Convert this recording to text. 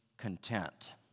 content